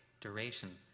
duration